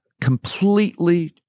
completely